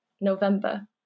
November